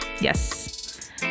Yes